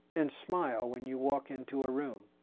and smile when you walk into a room.